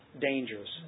dangerous